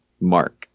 Mark